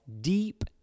deep